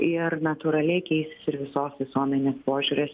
ir natūraliai keisis ir visos visuomenės požiūris